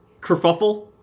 kerfuffle